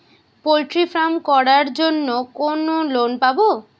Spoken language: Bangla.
পলট্রি ফার্ম করার জন্য কোন লোন পাব?